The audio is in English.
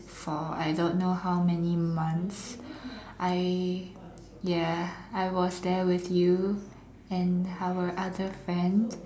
for I don't know how many months I ya I was there with you and our other friend